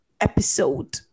episode